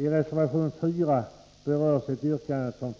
I reservation 4 berörs ett yrkande som